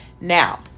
Now